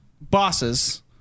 bosses